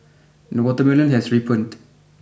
the watermelon has ripened